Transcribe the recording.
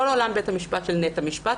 לא לעולם בית המשפט של נט-המשפט,